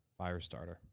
Firestarter